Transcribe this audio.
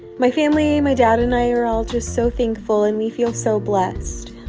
my family, my dad and i are all just so thankful, and we feel so blessed.